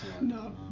No